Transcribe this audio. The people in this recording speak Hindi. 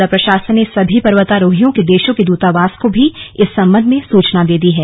जिला प्रशासन ने सभी पर्वतारोहियों के देशों के दूतावास को भी इस सम्बन्ध में सूचना दे दी है